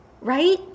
right